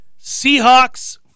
Seahawks